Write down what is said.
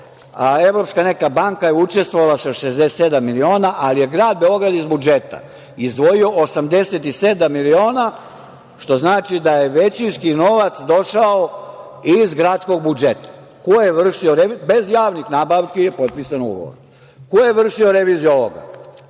evropska banka je učestvovala sa 68 miliona, ali je grad Beograd iz budžeta izdvojio 87 miliona, što znači da je većinski novac došao iz gradskog budžeta. Bez javnih nabavki je potpisan ugovor. Ko je vršio reviziju ovoga?